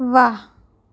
વાહ